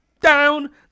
Down